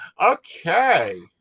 Okay